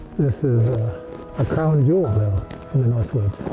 this is a crown jewel of the northwoods.